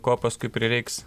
ko paskui prireiks